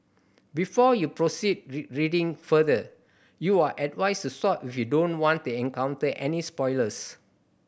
before you proceed reading further you are advised to stop if you don't want to encounter any spoilers